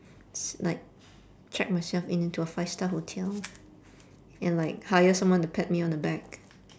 s~ like check myself in into a five star hotel and like hire someone to pat me on the back